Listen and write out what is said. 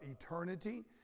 eternity